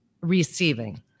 receiving